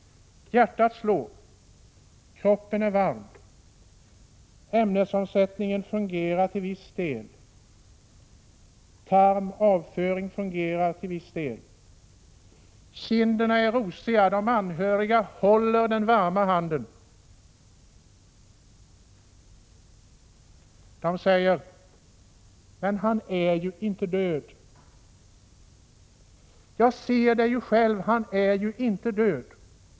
Hjärtat slår, kroppen är varm, ämnesomsättningen fungerar till viss del. Tarm, avföring fungerar till viss del. Kinderna är rosiga. De anhöriga håller den varma handen. De säger: Men han är ju inte död! Jag ser det ju själv, han är ju inte död.